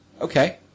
Okay